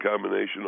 combination